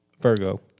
Virgo